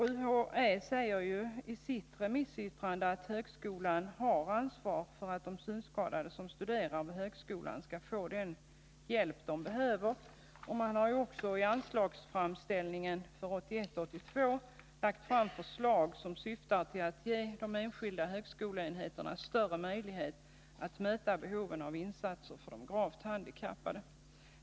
UHÄ säger i sitt remissyttrande att högskolan har ansvar för att de synskadade som studerar vid högskolan skall få den hjälp de behöver. Man har också i anslagsframställningen för 1981/82 lagt fram förslag som syftar till att ge de enskilda högskoleenheterna större möjlighet att möta behoven av insatser för de gravt handikappade.